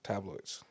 Tabloids